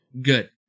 Good